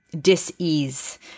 dis-ease